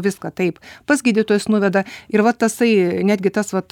viską taip pas gydytojus nuveda ir va tasai netgi tas vat